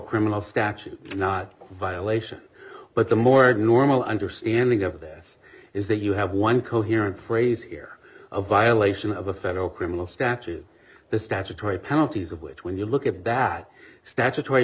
criminal statute not violation but the more normal understanding of this is that you have one coherent phrase here a violation of a federal criminal statute the statutory penalties of which when you look at that statutory